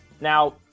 now